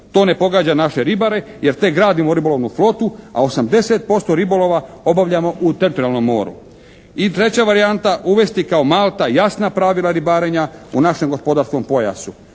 To ne pogađa naše ribare jer tek gradimo ribolovnu flotu a 80% ribolova obavljamo u teritorijalnom moru. I treća varijanta, uvesti kao Malta jasna pravila ribarenja u našem gospodarskom pojasu.